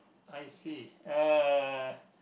I see uh